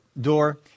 door